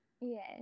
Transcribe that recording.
Yes